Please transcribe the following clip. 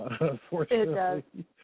unfortunately